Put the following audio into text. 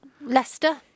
Leicester